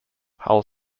hull